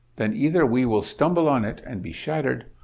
then either we will stumble on it and be shattered,